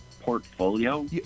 portfolio